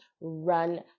run